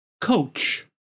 coach